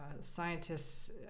scientists